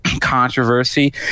controversy